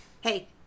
Hey